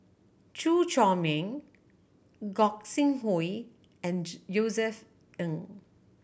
Chew Chor Meng Gog Sing Hooi and Josef Ng